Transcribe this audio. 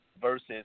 versus